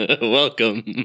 Welcome